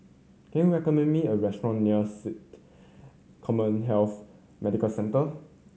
can you recommend me a restaurant near SATA CommHealth Medical Centre